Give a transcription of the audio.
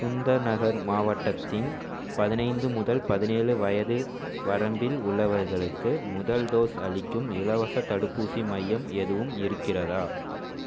சுந்தர் நகர் மாவட்டத்தில் பதினைந்து முதல் பதினேழு வயது வரம்பில் உள்ளவர்களுக்கு முதல் டோஸ் அளிக்கும் இலவசத் தடுப்பூசி மையம் எதுவும் இருக்கிறதா